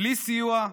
בלי סיוע,